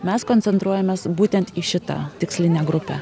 mes koncentruojamės būtent į šitą tikslinę grupę